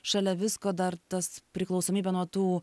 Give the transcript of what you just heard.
šalia visko dar tas priklausomybė nuo tų